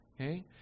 Okay